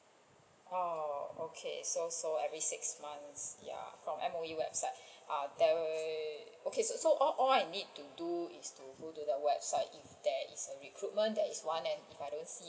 oh okay so so every six months ya from M_O_E website ah there okay so all all I need to do is to go to the website if there is a recruitment there is one and if I don't see